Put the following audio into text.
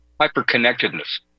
hyper-connectedness